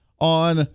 on